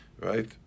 Right